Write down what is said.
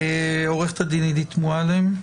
עו"ד עידית מועלם.